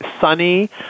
sunny